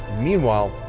meanwhile,